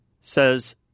says